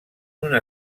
una